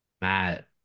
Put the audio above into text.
Matt